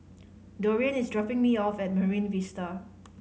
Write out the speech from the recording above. Dorian is dropping me off at Marine Vista